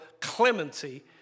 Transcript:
clemency